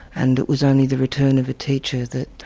and it was only the return of a teacher that